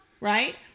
right